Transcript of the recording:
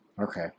Okay